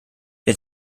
der